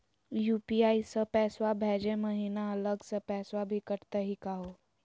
UPI स पैसवा भेजै महिना अलग स पैसवा भी कटतही का हो?